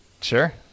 Sure